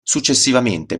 successivamente